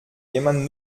jemand